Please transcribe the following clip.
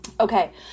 Okay